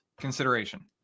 consideration